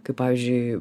kaip pavyzdžiui